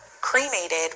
cremated